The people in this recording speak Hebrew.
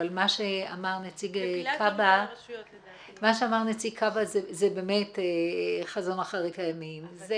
מה שאמר נציג כב"א, זה באמת חזון אחרית הימים.